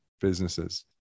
businesses